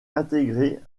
intégré